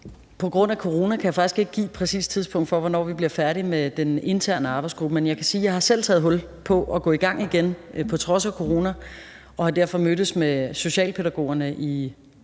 På grund af coronaen kan jeg faktisk ikke give et præcist tidspunkt for, hvornår vi bliver færdige med den interne arbejdsgruppe. Men jeg kan sige, at jeg selv har taget hul på det og er gået i gang igen på trods af coronaen, og at jeg derfor har mødtes med socialpædagogerne i